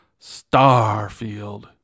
Starfield